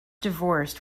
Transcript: divorced